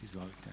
Izvolite.